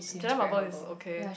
Jenna-Marbles is okay